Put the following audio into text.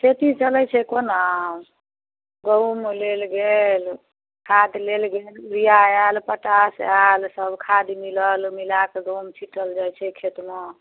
खेती चलै छै कोना गहूॅंम लेल गेल खाद लेल गेल बिया आयल पोटाश आयल सब खाद मिलल मिलाके गहूॅंम मे छिटल जाइ छै खेत मे